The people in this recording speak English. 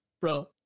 Bro